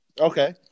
okay